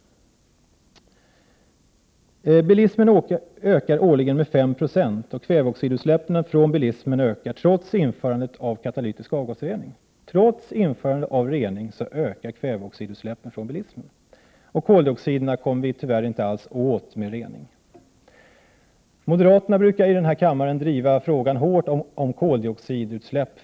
Bilismen ökar årligen med 5 20. Kväveoxidutsläppen från bilismen ökar trots införande av katalytisk avgasrening, och koldioxidutsläppen kommer vi tyvärr inte alls åt med rening. Moderaterna brukar i denna kammaren hårt driva frågan om koldioxidutsläpp.